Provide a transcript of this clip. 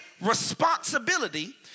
responsibility